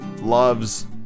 loves